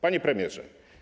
Panie Premierze!